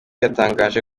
yatangaje